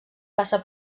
passa